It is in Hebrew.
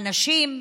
הנשים,